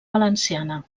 valenciana